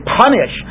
punish